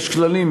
יש כללים,